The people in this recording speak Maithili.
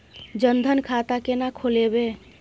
जनधन खाता केना खोलेबे?